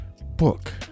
book